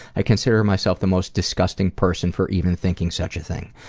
i consider myself the most disgusting person for even thinking such a thing.